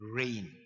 rain